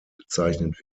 bezeichnet